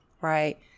right